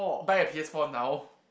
buy a P_S-four now